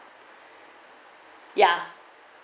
ya